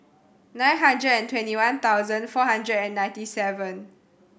nine hundred and twenty one thousand four hundred and ninety seven